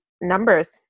numbers